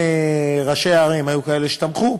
אצל ראשי הערים, היו כאלה שתמכו,